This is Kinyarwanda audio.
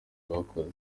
bakoze